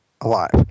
alive